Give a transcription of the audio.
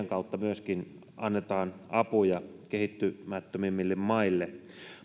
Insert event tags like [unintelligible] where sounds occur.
[unintelligible] kautta myöskin annetaan apuja kehittymättömimmille maille